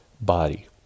body